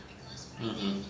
mm mm